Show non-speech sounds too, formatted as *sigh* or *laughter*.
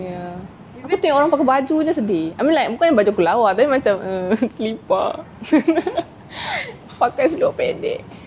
ya even tengok orang pakai baju pun sedih I mean like bukan baju lawa tapi then macam err selipar *laughs* pakai seluar pendek